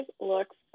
looks